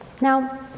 Now